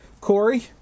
Corey